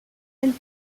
and